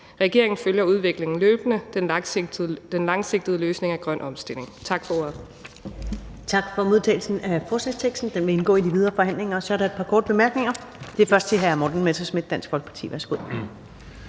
Regeringen følger udviklingen løbende. Den langsigtede løsning er grøn omstilling.« (Forslag